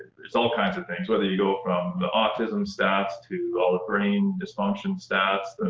there's all kinds of things, whether you go from the autism stats, to all the brain dysfunction stats.